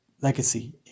legacy